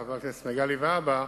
לחבר הכנסת מגלי והבה,